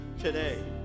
today